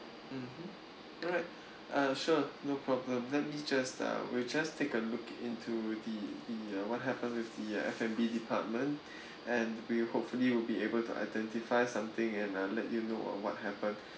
mmhmm alright uh sure no problem let me just uh we'll just take a look into the the uh what happened with the F&B department and we hopefully will be able to identify something and uh let you know on what happened